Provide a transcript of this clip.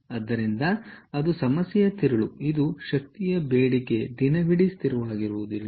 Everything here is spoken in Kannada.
ಆದ್ದರಿಂದ ಅದು ಸಮಸ್ಯೆಯ ತಿರುಳು ಇಂದು ಶಕ್ತಿಯ ಬೇಡಿಕೆ ದಿನವಿಡೀ ಸ್ಥಿರವಾಗಿಲ್ಲ